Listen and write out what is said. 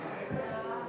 חבר הכנסת לוין,